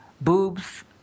boobs